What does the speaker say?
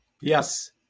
Yes